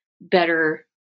better